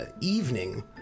evening